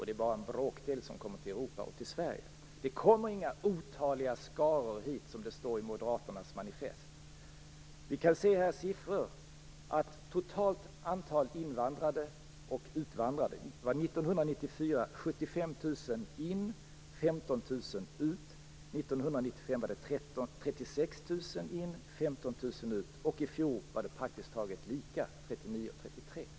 Det är bara en bråkdel som kommer till Europa och Det kommer inga otaliga skaror hit, som det står i Moderaternas manifest! Vi kan se på några siffror. 75 000 in och 15 000 ut. År 1995 var det 36 000 in och 15 000 ut. I fjol var det praktiskt taget lika - 39 000 in och 33 000 ut.